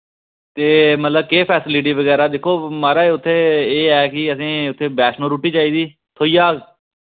ते मतलब केह् फैसिलिटी बगैरा दिक्खो माराज उत्थै एह् ऐ कि असें उत्थै बैशनो रुट्टी चाहिदी थ्होई जाह्ग